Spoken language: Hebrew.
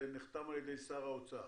נחתם על ידי שר האוצר